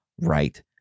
right